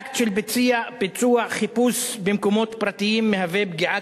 האקט של ביצוע חיפוש במקומות פרטיים מהווה פגיעה